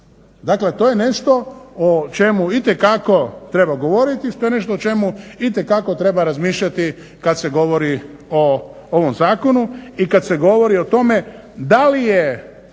Dakle, to je nešto o čemu itekako treba govoriti i to je nešto o čemu itekako treba razmišljati kad se govori o ovom zakonu i kad se govori o tome da je